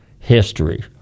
History